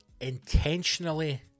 intentionally